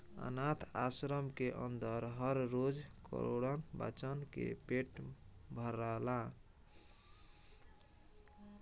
आनाथ आश्रम के अन्दर हर रोज करोड़न बच्चन के पेट भराला